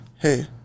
Hey